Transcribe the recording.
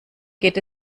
geht